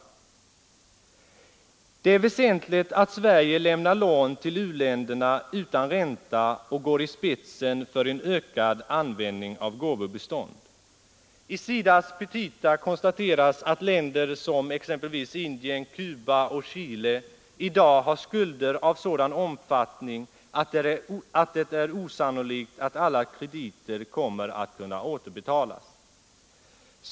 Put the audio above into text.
Det är väsentligt att Sverige lämnar lån till u-länderna utan ränta och går i spetsen för en ökad användning av gåvobistånd. I SIDA :s petita konstateras att länder som Indien, Cuba och Chile i dag har skulder av sådan omfattning att det är osannolikt att alla krediter kommer att kunna återbetalas.